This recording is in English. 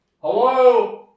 Hello